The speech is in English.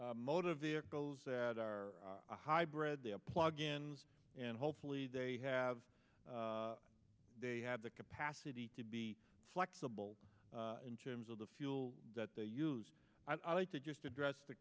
motor vehicles that are a hybrid they are plug ins and hopefully they have they have the capacity to be flexible in terms of the fuel that they use i'd like to just address the